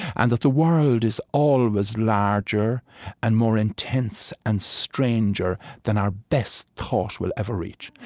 and that the world is always larger and more intense and stranger than our best thought will ever reach.